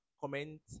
comment